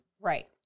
Right